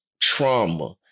trauma